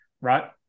right